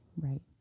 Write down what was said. Right